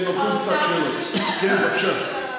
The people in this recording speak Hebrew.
כן, בבקשה.